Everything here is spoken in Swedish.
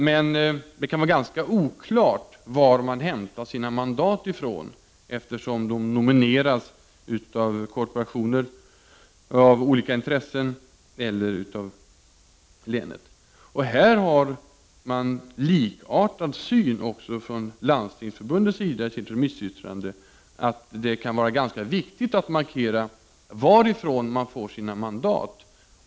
Men det kan vara ganska oklart var man hämtar sina mandat, eftersom nomineringen görs av korporationer, av olika intressen eller av länet. Också Landstingsförbundet framför i sitt remissyttrande att det kan vara ganska viktigt att markera varifrån man får sina mandat.